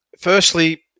Firstly